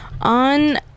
on